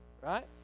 right